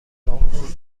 لامپور